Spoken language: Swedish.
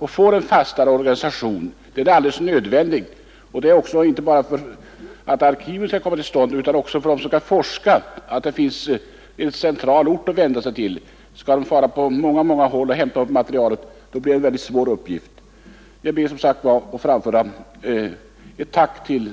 En sådan fastare organisation är alldeles nödvändig inte bara för att arkiven skall komma till stånd, utan för dem som skall forska är det nödvändigt att det finns en central ort dit de kan bege sig. Skall de fara på många håll och hämta upp materialet blir det en svår uppgift. Jag ber som sagt att få framföra ett tack till